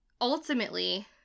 ultimately